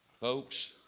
Folks